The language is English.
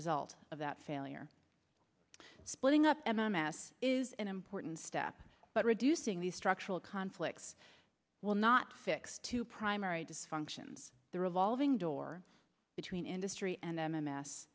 result of that failure splitting up mess is an important step but reducing these structural conflicts will not fix two primary dysfunctions the revolving door between industry and m